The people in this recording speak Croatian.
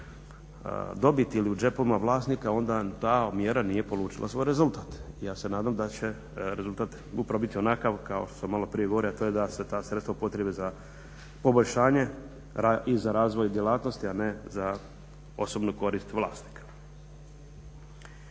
dobiti ili u džepovima vlasnika onda ta mjera nije polučila svoj rezultat. Ja se nadam da će rezultat upravo biti onakav kao što sam maloprije govorio, a to je da se ta sredstva upotrijebe za poboljšanje i za razvoj djelatnosti, a ne za osobnu korist vlasnika.